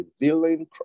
revealing